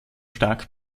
stark